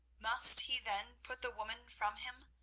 must he then put the woman from him?